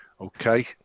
Okay